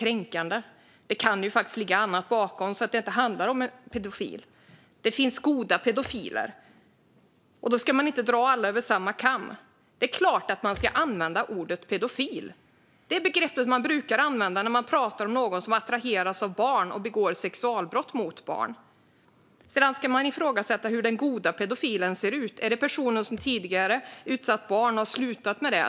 Man säger: Det kan ju faktiskt ligga annat bakom så att det inte handlar om en pedofil. Man säger att det finns "goda" pedofiler och att man därför inte ska dra alla över en kam. Det är klart att man ska använda ordet pedofil! Det är det begrepp man brukar använda när man pratar om någon som attraheras av barn och begår sexualbrott mot dem. Sedan ska man ifrågasätta hur den "goda" pedofilen ser ut. Är det personen som tidigare har utsatt barn och har slutat med det?